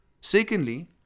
Secondly